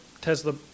Tesla